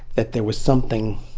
that there was something,